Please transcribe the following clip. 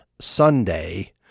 Sunday